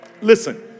Listen